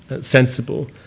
sensible